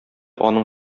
аның